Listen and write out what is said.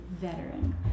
veteran